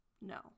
No